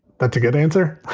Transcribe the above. but to get answer,